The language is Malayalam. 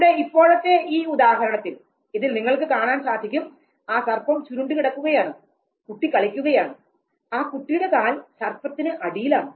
ഇവിടെ ഇപ്പോഴത്തെ ഈ ഉദാഹരണത്തിൽ ഇതിൽ നിങ്ങൾക്ക് കാണാൻ സാധിക്കും ആ സർപ്പം ചുരുണ്ടു കിടക്കുകയാണ് കുട്ടി കളിക്കുകയാണ് ആ കുട്ടിയുടെ കാൽ സർപ്പത്തിന് അടിയിലാണ്